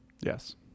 yes